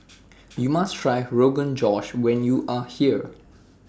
YOU must Try Rogan Josh when YOU Are here